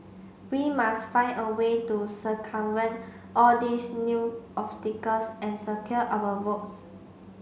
we must find a way to circumvent all these new obstacles and secure our votes